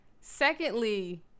secondly